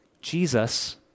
Jesus